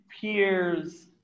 peers